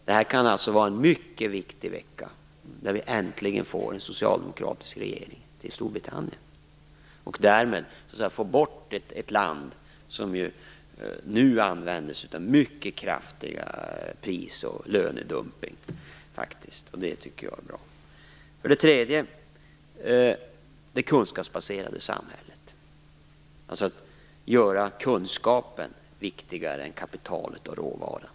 Det här kan alltså vara en mycket viktig vecka, då vi äntligen får en socialdemokratisk regering i Storbritannien. Därmed får vi bort ett land som nu faktiskt använder sig av mycket kraftig pris och lönedumpning. Det tycker jag är bra. Det tredje är det kunskapsbaserade samhället, att göra kunskapen viktigare än kapital och råvara.